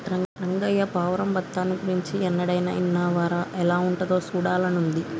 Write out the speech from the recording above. రంగయ్య పావురం బఠానీ గురించి ఎన్నడైనా ఇన్నావా రా ఎలా ఉంటాదో సూడాలని ఉంది